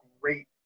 great